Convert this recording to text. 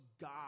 god